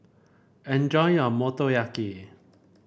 enjoy your Motoyaki